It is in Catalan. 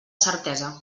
certesa